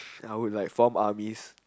I would like form armies